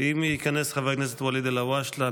אם ייכנס חבר הכנסת ואליד אלהואשלה,